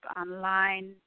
online